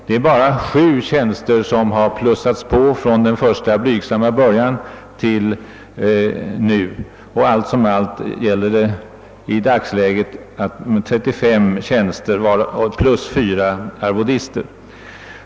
Det är bara sju tjänster som har inrättats allt sedan institutets första blygsamma början, och allt som allt gäller det i dagsläget 35 tjänster plus fyra arvodister.